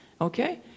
Okay